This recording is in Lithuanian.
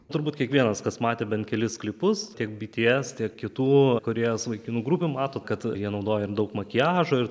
turbūt kiekvienas kas matė bent kelis klipus tiek bts tiek kitų korėjos vaikinų grupių mato kad jie naudoja ir daug makiažo ir